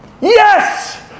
Yes